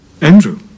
Andrew